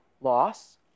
loss